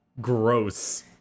gross